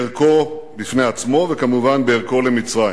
בערכו בפני עצמו, וכמובן בערכו למצרים.